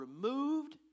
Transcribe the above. removed